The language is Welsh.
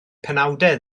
penawdau